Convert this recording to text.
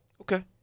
Okay